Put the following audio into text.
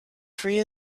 free